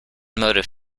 motive